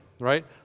right